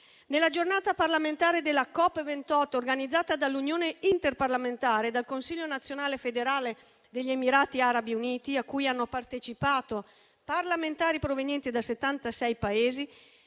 Nella giornata parlamentare della COP28, organizzata dall'Unione interparlamentare e dal Consiglio nazionale federale degli Emirati Arabi Uniti, a cui hanno partecipato parlamentari provenienti da settantasei